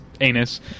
anus